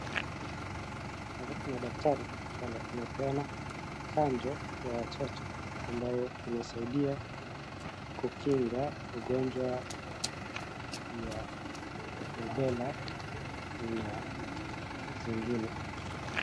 Hapa kuna daktari pale anapeana chanjo ya watoto ambayo inasaidia kukinga ugonjwa ya Rubela na zingine.